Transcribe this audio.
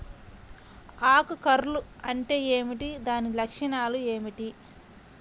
ఆకు కర్ల్ అంటే ఏమిటి? దాని లక్షణాలు ఏమిటి?